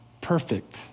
perfect